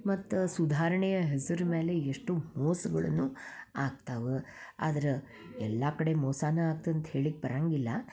ಮತ್ತು ಸುಧಾರಣೆಯ ಹೆಸರ ಮೇಲೆ ಎಷ್ಟೋ ಮೋಸ್ಗಳೂ ಆಗ್ತಾವೆ ಆದ್ರೆ ಎಲ್ಲ ಕಡೆ ಮೋಸನೇ ಆಗ್ತಂತ ಹೇಳ್ಲಿಕ್ಕೆ ಬರೊಂಗಿಲ್ಲ